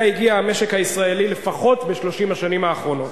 הגיע המשק הישראלי לפחות ב-30 השנים האחרונות.